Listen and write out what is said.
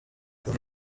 kuva